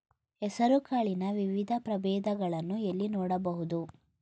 ಹೆಸರು ಕಾಳಿನ ವಿವಿಧ ಪ್ರಭೇದಗಳನ್ನು ಎಲ್ಲಿ ನೋಡಬಹುದು?